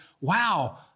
wow